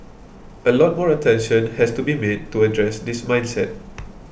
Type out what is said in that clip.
a lot more attention has to be made to address this mindset